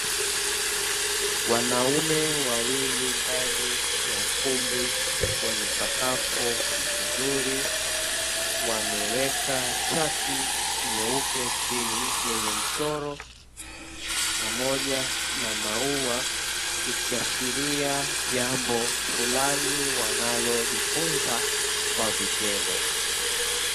Wanaume wawili ndani ya ukumbi wenye sakafu nzuri, wameweka chati nyeupe chini yenye mchoro pamoja na maua, ikiashiria jambo flani wanalojifunza kwa vitendo.